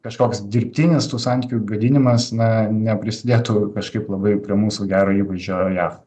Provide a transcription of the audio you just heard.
kažkoks dirbtinis tų santykių gadinimas na neprisidėtų kažkaip labai prie mūsų gero įvaizdžio jav